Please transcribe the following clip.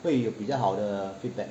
会有比较好的 feedback